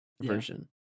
version